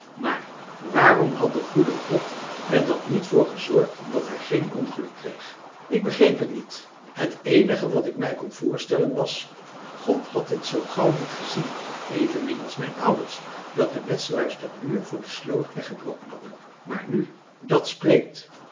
maar waarom had de goede god er dan niet voor gezorgd dat hij geen ongeluk kreeg ik begreep het niet het eenige wat ik mij kon voorstellen was god had het zoo gauw niet gezien evenmin als mijn ouders dat de metselaars den muur voor de sloot weggebroken hadden maar nu dat spreekt